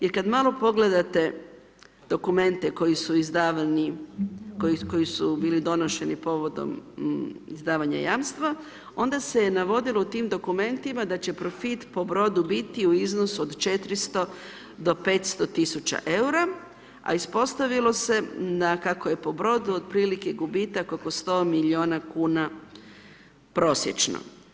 Jer kada malo pogledate dokumente koji su izdavani, koji su bili donošeni povodom izdavanja jamstva, onda se navodilo u tim dokumentima da će profit po brodu biti u iznosu od 400 do 500.000,00 EUR-a, a ispostavilo se da kako je po brodu, otprilike, gubitak oko 100 milijuna kuna prosječno.